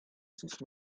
sus